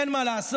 אין מה לעשות,